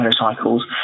motorcycles